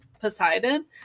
Poseidon